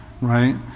Right